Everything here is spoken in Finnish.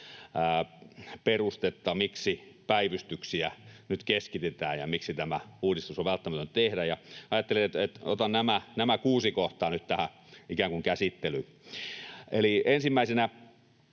perustetta, miksi päivystyksiä nyt keskitetään ja miksi tämä uudistus on välttämätöntä tehdä. Ajattelin, että otan nämä kuusi kohtaa nyt tähän ikään kuin käsittelyyn nimenomaan